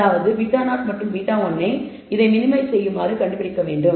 அதாவது β0 மற்றும் β1 ஐ இதை மினிமைஸ் செய்யுமாறு கண்டுபிடிக்க வேண்டும்